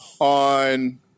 on